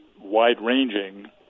wide-ranging